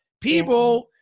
People